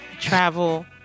Travel